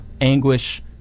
anguish